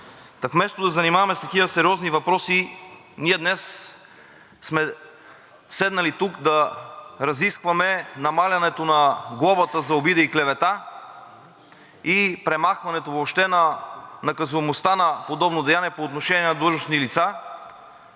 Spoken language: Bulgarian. вместо да се занимаваме с такива сериозни въпроси, ние днес сме седнали да разискваме намаляването на глобата за обида и клевета и премахването въобще на наказуемостта на подобно деяние по отношение на длъжностни лица,